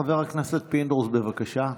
חבר הכנסת פינדרוס, בבקשה.